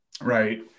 Right